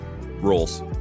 Rules